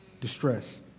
distress